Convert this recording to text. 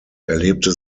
erlebte